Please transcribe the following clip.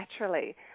naturally